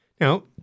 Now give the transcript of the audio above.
Now